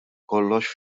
kollox